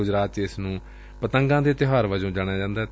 ਗੁਜਰਾਤ ਚ ਇਸ ਨੂੰ ਪਤੰਗਾਂ ਦੇ ਤਿਊਹਾਰ ਵਜੋਂ ਮਨਾਇਆ ਜਾਂਦੈ